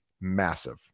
massive